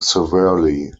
severely